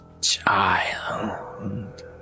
child